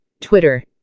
Twitter